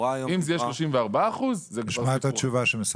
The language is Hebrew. אם זה יהיה 34% זה כבר משהו אחר.